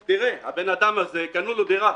תראה, לאדם הזה קנו דירה,